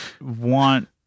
want